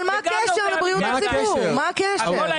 אבל מה הקשר לבריאות הציבור, מה הקשר?